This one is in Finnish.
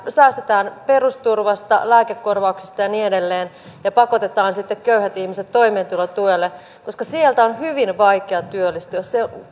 säästetään perusturvasta lääkekorvauksista ja niin edelleen ja pakotetaan sitten köyhät ihmiset toimeentulotuelle koska sieltä on hyvin vaikea työllistyä